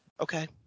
Okay